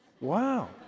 Wow